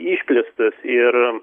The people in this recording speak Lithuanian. išplėstas ir